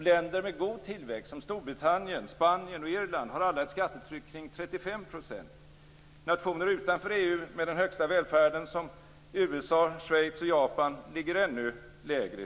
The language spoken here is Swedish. Länder med god tillväxt som Storbritannien, Spanien och Irland har alla ett skattetryck kring 35 %, och nationer utanför EU med den högsta välfärden såsom USA, Schweiz och Japan ligger ännu lägre.